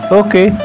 okay